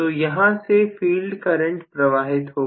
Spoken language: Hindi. तो यहां से फील्ड करंट प्रवाहित होगा